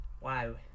wow